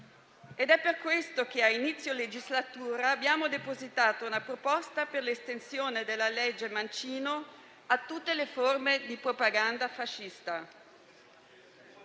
È per questo che, a inizio legislatura, abbiamo depositato una proposta per l'estensione della legge Mancino a tutte le forme di propaganda fascista.